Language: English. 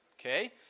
Okay